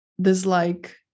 dislike